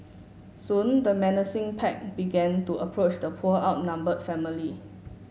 soon the menacing pack began to approach the poor outnumbered family